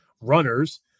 runners